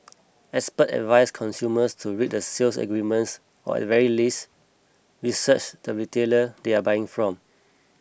experts advise consumers to read the sales agreements or at the very least research the retailer they are buying from